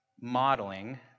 modeling